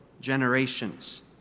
generations